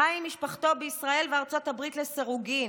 חי עם משפחתו בישראל ובארצות הברית לסירוגין,